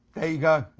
there you go.